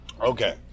okay